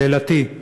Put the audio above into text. שאלתי,